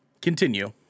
Continue